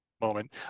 moment